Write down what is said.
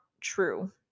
true